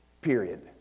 Period